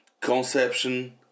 conception